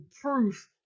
proof